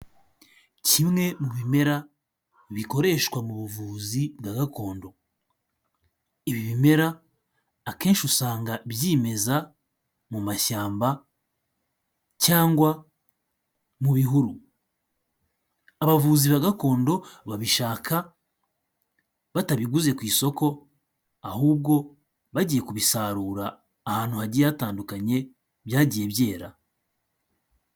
Kimwe mu bimera bikoreshwa mu buvuzi bwa gakondo, ibimera akenshi usanga byimeza mu mashyamba cyangwa mu bihuru. Abavuzi ba gakondo babishaka batabiguze ku isoko ahubwo bagiye kubisarura ahantu hagiye hatandukanye byagiye byera.